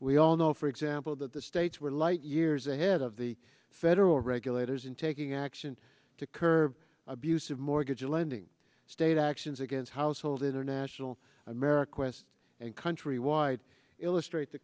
we all know for example that the states were light years ahead of the federal regulators in taking action to curb abusive mortgage lending state actions against household international ameriquest and countrywide illustrate the